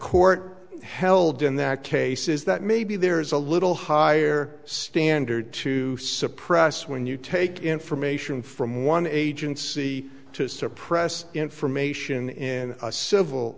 court held in that case is that maybe there is a little higher standard to suppress when you take information from one agency to suppress information in a civil